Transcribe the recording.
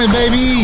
baby